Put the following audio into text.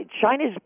China's